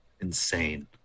Insane